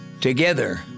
Together